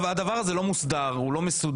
הדבר הזה לא מוסדר, הוא לא מסודר,